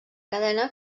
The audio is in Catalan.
cadena